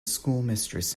schoolmistress